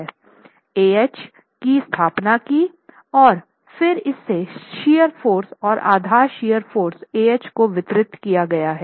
Ah की स्थापना की और फिर इससे शियर फोर्स और आधार शियर फोर्स Ah को वितरित किया गया हैं